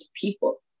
people